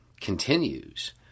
continues